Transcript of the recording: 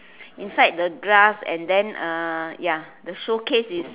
inside the grass and then uh ya the showcase is